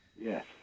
Yes